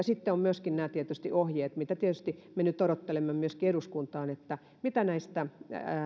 sitten ovat tietysti myöskin nämä ohjeet joita tietysti me nyt odottelemme myöskin eduskuntaan jotka näistä